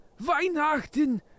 Weihnachten